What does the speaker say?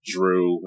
Drew